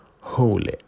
holy